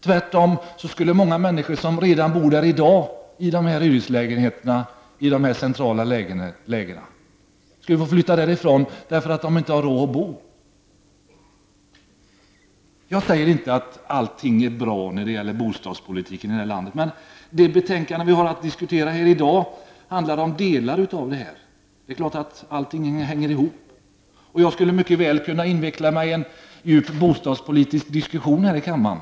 Tvärtom skulle många människor som redan bor i hyreslägenheter i den centrala delen av Stockholm bli tvungna att flytta därifrån. De skulle inte ha råd att bo där. Jag säger inte att allt är bra på bostadspolitikens område här i landet. Men det betänkande som vi har att diskutera i dag handlar om delar av det hela. Det är klart att allting hänger ihop, och jag skulle mycket väl kunna inveckla mig i en djup bostadspolitisk diskussion här i kammaren.